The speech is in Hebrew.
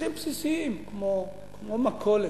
צרכים בסיסיים כמו מכולת,